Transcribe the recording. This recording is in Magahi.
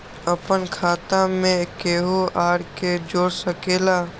अपन खाता मे केहु आर के जोड़ सके ला?